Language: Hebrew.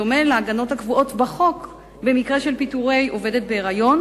בדומה להגנות הקבועות בחוק במקרה של פיטורי עובדת בהיריון